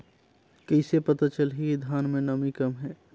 कइसे पता चलही कि धान मे नमी कम हे?